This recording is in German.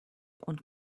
und